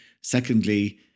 Secondly